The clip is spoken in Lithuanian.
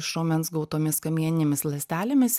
iš raumens gautomis kamieninėmis ląstelėmis